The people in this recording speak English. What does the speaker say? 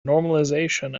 normalization